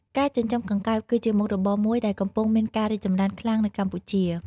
ការចិញ្ចឹមកង្កែប គឺជាមុខរបរមួយដែលកំពុងមានការរីកចម្រើនខ្លាំងនៅកម្ពុជា។